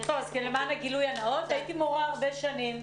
למען הגילוי הנאות, הייתי מורה הרבה שנים.